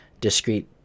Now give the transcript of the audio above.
discrete